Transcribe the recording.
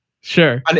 Sure